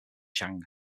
chang